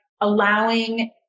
allowing